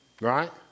Right